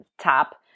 top